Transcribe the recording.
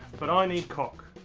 but i need cock.